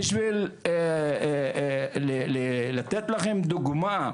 בשביל לתת לכם דוגמא,